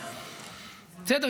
בסדר,